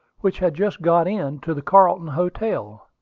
which had just got in, to the carlton hotel.